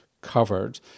covered